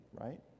right